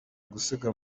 gusiga